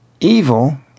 evil